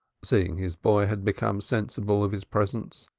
seeing his boy had become sensible of his presence.